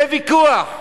זה ויכוח במשא-ומתן.